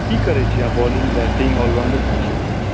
की करै छिए अहाँ बॉलिंग बैटिंग ऑलराउण्डर की छलिए